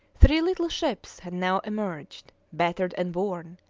three little ships had now emerged, battered and worn,